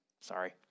Sorry